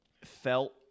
felt